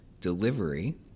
delivery